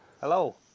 hello